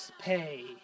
pay